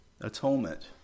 atonement